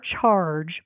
charge